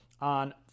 on